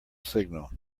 signal